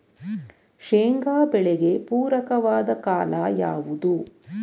ಶೇಂಗಾ ಬೆಳೆಗೆ ಪೂರಕವಾದ ಕಾಲ ಯಾವುದು?